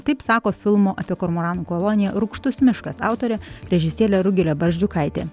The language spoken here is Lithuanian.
taip sako filmo apie kormoranų koloniją rūgštus miškas autorė režisierė rugilė barzdžiukaitė